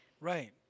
Right